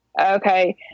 okay